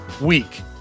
week